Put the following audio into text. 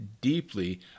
deeply